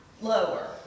Lower